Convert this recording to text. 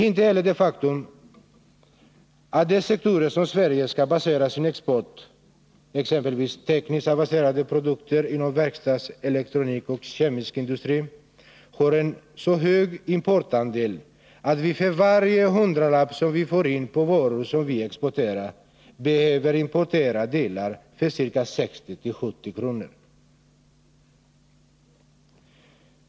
Inte heller låtsas de om det faktum att de sektorer som Sverige skall basera sin export på, exempelvis tekniskt avancerade produkter inom verkstadsindustrin, elektroniken och den kemiska industrin, har en så hög importandel att vi för varje hundralapp som vi får in på varor som vi exporterar behöver importera delar för 60-70 kr.